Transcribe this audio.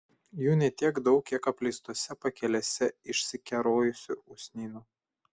jų ne tiek daug kiek apleistose pakelėse išsikerojusių usnynų